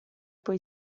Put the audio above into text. poi